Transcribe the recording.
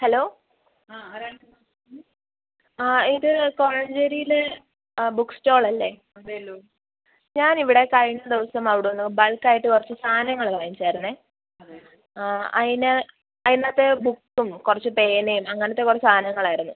hello അ ഇത് കോഴഞ്ചേരിയിലെ ബുക്ക് സ്റ്റാൾ അല്ലെ ഞാനിവിടെ കഴിഞ്ഞ ദിവസം അവിടുന്ന് ബൾക്കായിട്ട് കുറച്ച് സാധനങ്ങൾ വാങ്ങിച്ചായിരുന്നു ഐന് അതിനകത്ത് ബുക്കും കുറച്ച് പേനയും അങ്ങനത്തെ കുറച്ച് സാധനങ്ങൾ ആയിരുന്നു